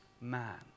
man